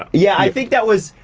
yeah, i think that was,